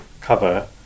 cover